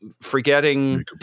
forgetting